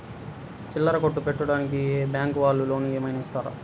చిల్లర కొట్టు పెట్టుకోడానికి బ్యాంకు వాళ్ళు లోన్ ఏమైనా ఇస్తారా?